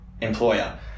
employer